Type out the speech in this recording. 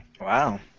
Wow